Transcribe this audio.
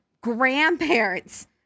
grandparents